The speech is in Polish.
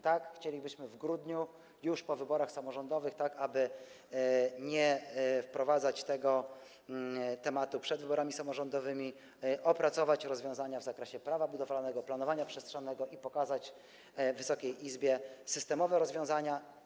Tak, chcielibyśmy w grudniu - już po wyborach samorządowych, aby nie wprowadzać tego tematu przed wyborami samorządowymi - opracować rozwiązania w zakresie Prawa budowlanego, planowania przestrzennego i pokazać Wysokiej Izbie systemowe rozwiązania.